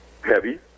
heavy